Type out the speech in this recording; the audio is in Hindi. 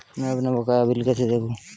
मैं अपना बकाया बिल कैसे देखूं?